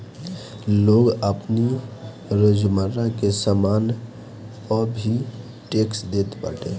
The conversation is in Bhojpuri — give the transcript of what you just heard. लोग आपनी रोजमर्रा के सामान पअ भी टेक्स देत बाटे